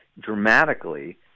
dramatically